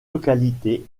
localité